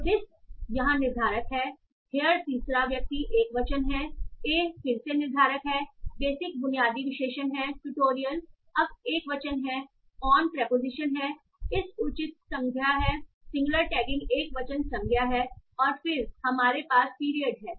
तो this यहाँ निर्धारक है here तीसरा व्यक्ति एकवचन है a फिर से निर्धारक है basic बुनियादी विशेषण है ट्यूटोरियल अब एकवचन है on preposition है is उचित संज्ञा है सिंगुलर टैगिंग एकवचन संज्ञा है और फिर हमारे पास पीरियड है